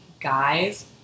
guys